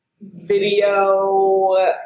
video